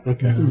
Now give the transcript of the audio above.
Okay